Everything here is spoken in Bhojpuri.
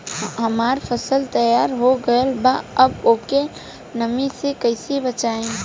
हमार फसल तैयार हो गएल बा अब ओके नमी से कइसे बचाई?